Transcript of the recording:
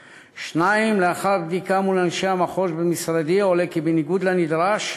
2. לאחר בדיקה מול אנשי המחוז במשרדי עולה כי בניגוד לנדרש,